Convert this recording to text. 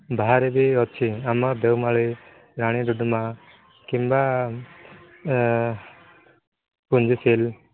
ବାହାରେ ବି ଅଛି ଆମ ଦେଓମାଳି ରାଣୀ ଡୁଡ଼ୁମା କିମ୍ବା ପୁଞ୍ଜି ସେଲ୍